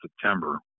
September